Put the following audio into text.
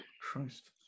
Christ